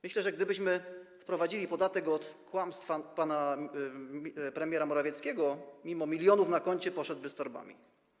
Myślę, że gdybyśmy wprowadzili podatek od kłamstwa pana premiera Morawieckiego, mimo milionów na koncie poszedłby z torbami.